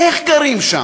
איך גרים שם?